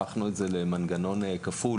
הפכנו את זה למנגנון כפול.